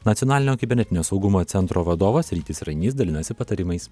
nacionalinio kibernetinio saugumo centro vadovas rytis rainys dalinasi patarimais